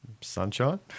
Sunshine